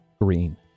green